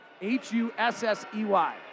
H-U-S-S-E-Y